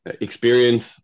experience